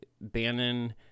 Bannon